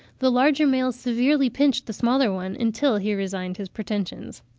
the larger male severely pinched the smaller one, until he resigned his pretensions.